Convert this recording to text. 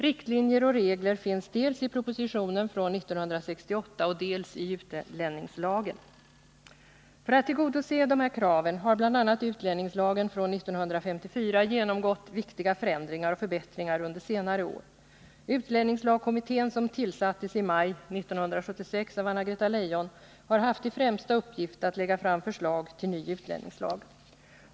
Riktlinjer och regler finns dels i propositionen från 1968, dels i utlänningslagen. För att tillgodose dessa krav har bl.a. utlänningslagen från 1954 genomgått viktiga förändringar och förbättringar under senare år. Utlänningslagkommittén, som tillsattes i maj 1976 av Anna-Greta Leijon, har haft till främsta uppgift att lägga fram förslag till ny utlänningslag.